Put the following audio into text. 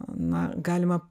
na galima